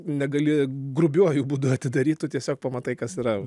negali grubiuoju būdu atidaryt tu tiesiog pamatai kas yra